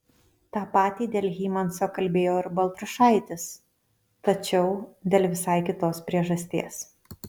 tą patį dėl hymanso kalbėjo ir baltrušaitis tačiau dėl visai kitos priežasties